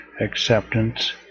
acceptance